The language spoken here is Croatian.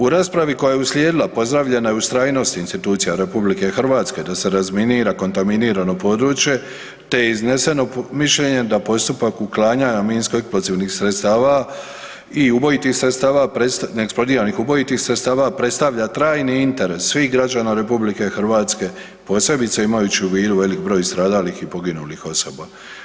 U raspravi koja je uslijedila pozdravljena je ustrajnost institucija RH da se razminira kontaminirano područje te je izneseno mišljenje da postupak uklanjanja minsko eksplozivnih sredstava i ubojitih sredstava, neeksplodiranih ubojitih sredstava predstavlja trajni interes svih građana RH posebice imajući u vidu velik broj stradalih i poginulih osoba.